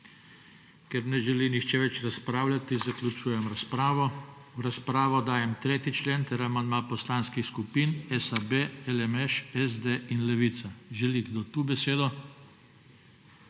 Ker ne želi nihče več razpravljati, zaključujem razpravo. V razpravo dajem 3. člen ter amandma poslanskih skupin SAB, LMŠ, SD in Levica. Želi kdo tu besedo?